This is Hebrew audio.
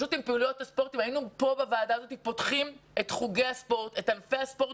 אם היינו פה בוועדה הזאת פותחים את חוגי הספורט ואת ענפי הספורט,